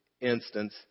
instance